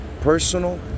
personal